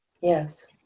Yes